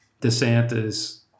DeSantis